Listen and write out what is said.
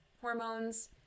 hormones